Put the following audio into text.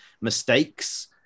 mistakes